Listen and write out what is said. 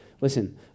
Listen